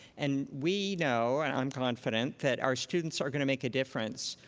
and we know and i'm confident that our students are going to make a difference,